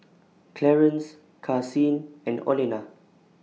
Clarence Karsyn and Olena